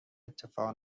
اتفاق